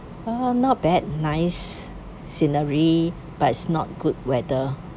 orh not bad nice scenery but it's not good weather